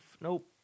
nope